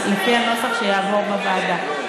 לפי הנוסח שיעבור בוועדה.